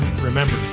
remember